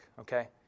okay